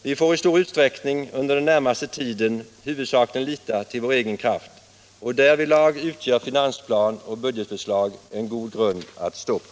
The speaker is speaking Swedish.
Vi får i stor utsträckning under den närmaste tiden huvudsakligen lita till vår egen kraft, och därvidlag utgör finansplan och budgetförslag en god grund att stå på.